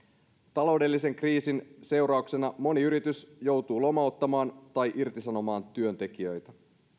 taloudellisen kriisin seurauksena moni yritys joutuu lomauttamaan tai irtisanomaan työntekijöitä